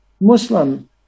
Muslim